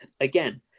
again